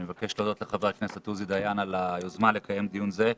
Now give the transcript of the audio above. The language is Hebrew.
אני מבקש להודות לחבר הכנסת עוזי דיין על היוזמה לקיים דיון זה,